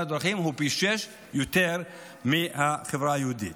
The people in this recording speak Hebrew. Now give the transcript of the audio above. דרכים הוא פי שישה יותר מאשר בחברה היהודית.